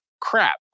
Crap